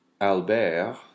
Albert